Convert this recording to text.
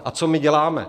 A co my děláme?